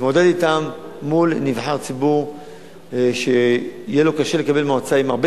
להתמודד אתם מול נבחר ציבור שיהיה לו קשה לקבל מועצה עם הרבה